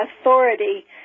authority